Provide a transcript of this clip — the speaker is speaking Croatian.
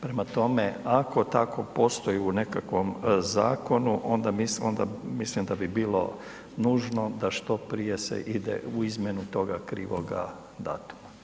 Prema tome ako tako postoji u nekakvom zakonu onda mislim da bi bilo nužno da što prije se ide u izmjenu toga krivoga datuma.